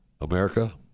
America